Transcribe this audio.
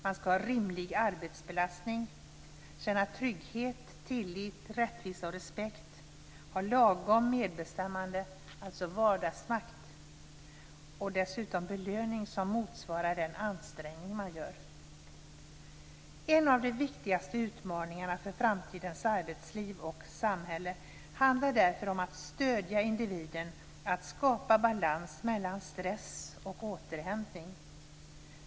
· Man ska ha rimlig arbetsbelastning. · Man ska känna trygghet, tillit, rättvisa och respekt. · Man ska ha lagom medbestämmande, dvs. "vardagsmakt". · Man ska ha belöning som motsvarar den ansträngning man gör. En av de viktigaste utmaningarna för framtidens arbetsliv och samhälle handlar därför om att stödja individen, att skapa balans mellan stress och återhämtning.